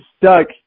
stuck